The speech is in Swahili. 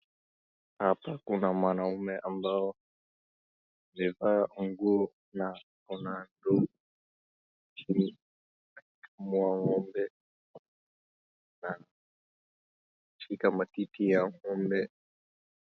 Hapa kuna mwanaume ambao amevaa nguo na ako na ndoo chini mwa ng'ombe na ameshika matiti ya ng'ombe.